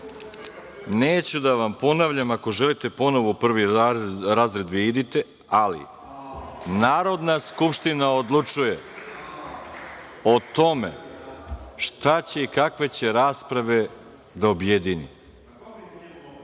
Neću da vam ponavljam. Ako želite ponovo u prvi razred, vi idite, ali Narodna skupština odlučuje o tome šta će i kakve će rasprave da objedini. Ako